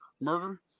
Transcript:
murder